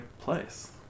place